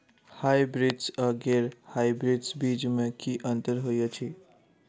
Hybrids आ गैर hybrids बीज म की अंतर होइ अछि?